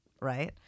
right